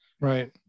Right